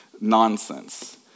nonsense